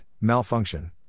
malfunction